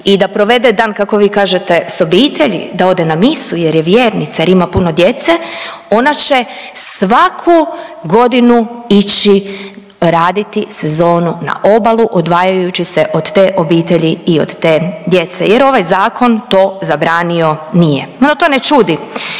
i da provede dan kako vi kažete sa obitelji, da ode na misu jer je vjernica jer ima puno djece ona će svaku godinu ići raditi sezonu na obalu odvajajući se od te obitelji i od te djece jer ovaj zakon to zabranio nije. No to ne čudi,